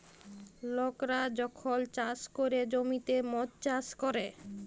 লকরা যখল চাষ ক্যরে জ্যমিতে মদ চাষ ক্যরে